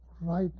right